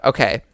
Okay